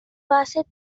base